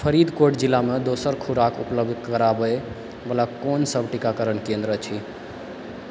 फरीदकोट जिलामे दोसर खुराक उपलब्ध कराबयवला कोनसभ टीकाकरण केन्द्र छै